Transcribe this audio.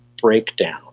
breakdown